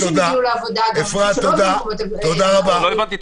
לא הבנתי את